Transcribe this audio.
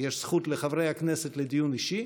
יש זכות לחברי הכנסת לדיון אישי,